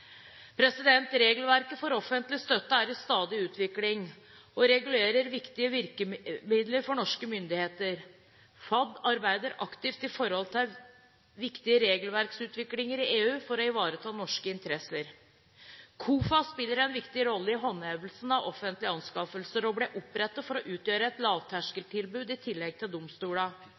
Regelverket for offentlig støtte er i stadig utvikling og regulerer viktige virkemidler for norske myndigheter. FAD, Fornyings-, administrasjons- og kirkedepartementet, arbeider aktivt med viktig regelverksutvikling i EU for å ivareta norske interesser. KOFA, Klagenemnda for offentlige anskaffelser, spiller en viktig rolle i håndhevelsen av offentlige anskaffelser og ble opprettet for å utgjøre et lavterskeltilbud i tillegg til